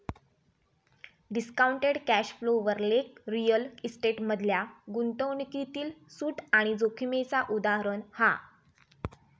discounted cash flow वर लेख real estate मधल्या गुंतवणूकीतील सूट आणि जोखीमेचा उदाहरण हा